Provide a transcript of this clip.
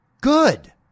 Good